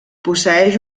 posseeix